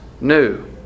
new